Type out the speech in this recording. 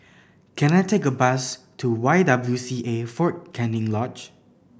can I take a bus to Y W C A Fort Canning Lodge